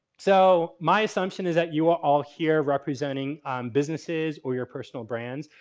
so, my assumption is that you are all here representing businesses or your personal brands.